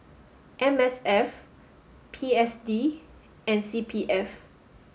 M S F P S D and C P F